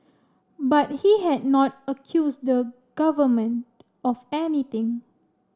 but he had not accused the Government of anything